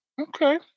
okay